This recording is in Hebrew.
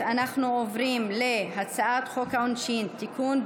אנחנו עוברים להצעת חוק העונשין (תיקון,